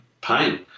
pain